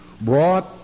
brought